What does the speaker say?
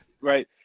Right